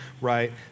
right